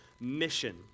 mission